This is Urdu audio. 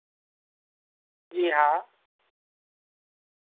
جی ہاں